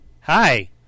Hi